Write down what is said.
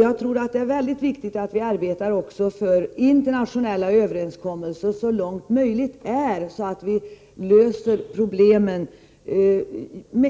Jag tror att det är mycket viktigt att vi arbetar även för internationella överenskommelser så långt som möjligt, så att vi löser problemen